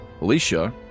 Alicia